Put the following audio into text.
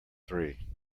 three